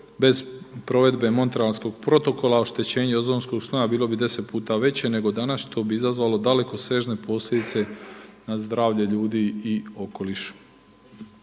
Bez provedbe Montrealskog protokola oštećenje ozonskog sloja bilo bi deset puta veće nego danas što bi izazvalo dalekosežne posljedice na zdravlje ljudi i okoliš.